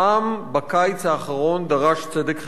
העם בקיץ האחרון דרש צדק חברתי,